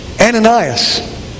Ananias